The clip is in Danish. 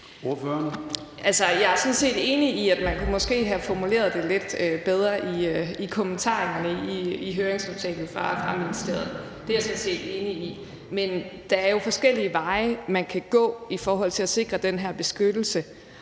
Jeg er sådan set enig i, at man måske kunne have formuleret det lidt bedre i kommentarerne i høringsnotatet fra ministeriet. Det er jeg sådan set enig i. Men der er forskellige veje, man kan gå i forhold til at sikre den her beskyttelse,